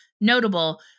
Notable